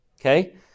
Okay